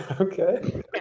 Okay